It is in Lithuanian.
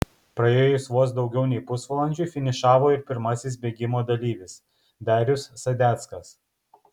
praėjus vos daugiau nei pusvalandžiui finišavo ir pirmasis bėgimo dalyvis darius sadeckas